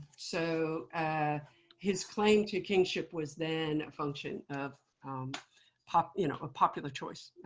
so his claim to kingship was then a function of um popular you know ah popular choice.